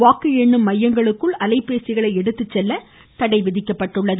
வாக்கு எண்ணும் மையங்களுக்குள் அலைபேசிகள் எடுத்துச் செல்ல தடைவிதிக்கப் பட்டுள்ளது